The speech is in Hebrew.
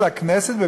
של הכנסת,